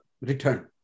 return